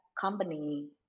company